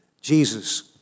Jesus